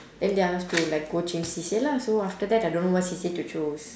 then they ask to like go change C_C_A lah so after that I don't know what C_C_A to choose